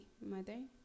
mother